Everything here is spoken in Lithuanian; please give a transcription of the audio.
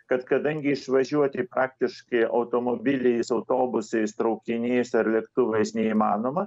kad kadangi išvažiuoti praktiškai automobiliais autobusais traukiniais ar lėktuvais neįmanoma